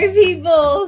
people